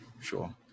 sure